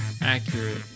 accurate